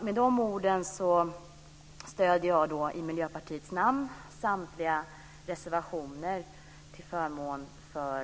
Med de orden vill jag säga att jag i Miljöpartiets namn stöder samtliga reservationer till förmån för